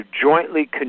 jointly